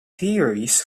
theories